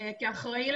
למרות שזה לא עבירה,